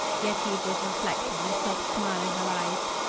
yetive was reflecting, a soft smile in her eyes.